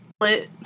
lit